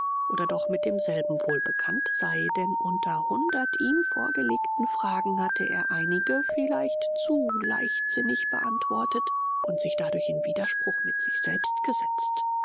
oder doch mit demselben wohl bekannt sei denn unter hundert ihm vorgelegten fragen hatte er einige vielleicht zu leichtsinnig beantwortet und sich dadurch in widerspruch mit sich selbst gesetzt